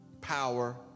power